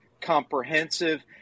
comprehensive